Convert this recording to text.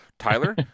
Tyler